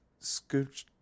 scooch